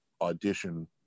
audition